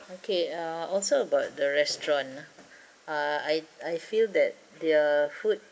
okay uh also about the restaurant lah I I feel that their food